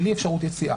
בלי אפשרות יציאה.